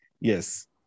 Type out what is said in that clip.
Yes